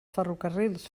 ferrocarrils